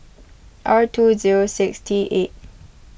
R two zero six T eight